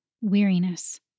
Weariness